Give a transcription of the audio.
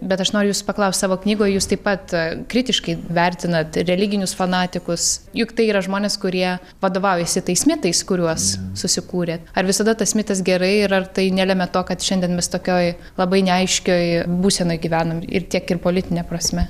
bet aš noriu jūsų paklaust savo knygoje jūs taip pat kritiškai vertinat religinius fanatikus juk tai yra žmonės kurie vadovaujasi tais mitais kuriuos susikūrė ar visada tas mitas gerai ir ar tai nelemia to kad šiandien mes tokioj labai neaiškioj būsenoj gyvenam ir tiek ir politine prasme